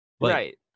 right